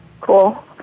Cool